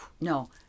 No